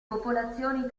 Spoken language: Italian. popolazioni